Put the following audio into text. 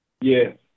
Yes